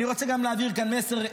אני רוצה גם להעביר כאן מסר,